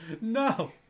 No